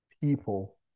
people